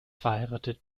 verheiratet